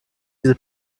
diese